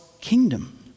kingdom